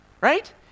right